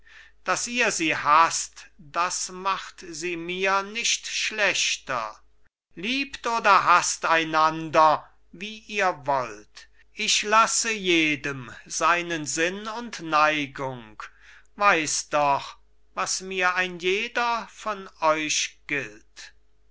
daß ihr sie haßt das macht sie mir nicht schlechter liebt oder haßt einander wie ihr wollt ich lasse jedem seinen sinn und neigung weiß doch was mir ein jeder von euch gilt